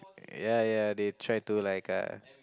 ya ya they try to like uh